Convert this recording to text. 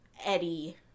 Eddie